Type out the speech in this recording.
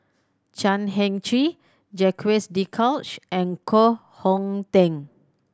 Chan Heng Chee Jacques De Coutre and Koh Hong Teng